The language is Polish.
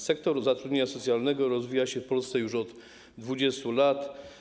Sektor zatrudnienia socjalnego rozwija się w Polsce już od 20 lat.